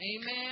Amen